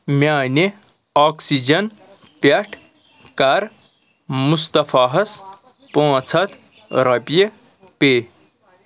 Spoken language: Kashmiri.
میٛانہِ آکسیٖجن پٮ۪ٹھ کَر مُصطفیٰ ہَس پانژھ ہَتھ رۄپیہِ پے